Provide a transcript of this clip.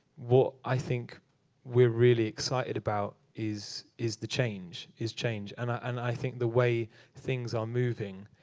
what i think we're really excited about is is the change. is change. and ah and i think the way things are moving